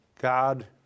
God